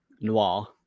Noir